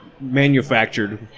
manufactured